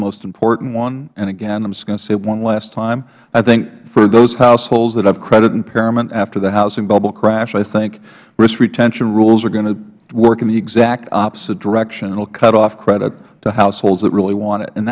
most important one and again i am just going to say one last time i think for those households that have credit impairment after the housing bubble crash i think risk retention rules are going to work in the exact opposite direction it will cut off credit to households that really want it and